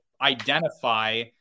identify